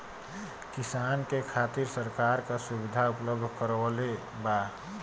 किसान के खातिर सरकार का सुविधा उपलब्ध करवले बा?